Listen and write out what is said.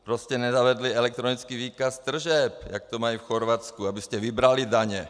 Prostě nezavedli elektronický výkaz tržeb, jak to mají v Chorvatsku, abyste vybrali daně.